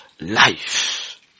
life